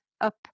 up